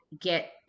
get